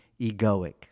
egoic